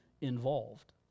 involved